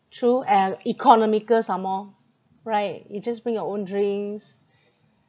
through l~ economical some more right you just bring your own drinks